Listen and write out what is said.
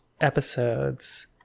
episodes